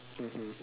mmhmm